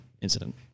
incident